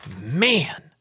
Man